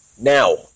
Now